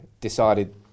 decided